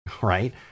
right